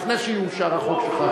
לפני שיאושר החוק שלך.